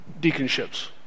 deaconships